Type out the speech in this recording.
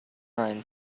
rain